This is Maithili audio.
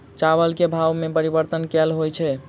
चावल केँ भाव मे परिवर्तन केल होइ छै?